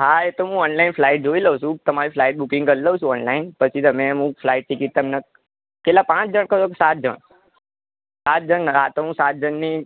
હા એતો હુ ઓનલાઇન ફ્લાઇટ જોઈ લઉં છું તમારી ફ્લાઇટ બૂકિંગ કરી લઉં છું ઓનલાઇન પછી તમે હું ફ્લાઇટ ટિકિટ તમને કેટલા પાંચ જણ કરું કે સાત જણ સાત જણને હા તો સાત જણની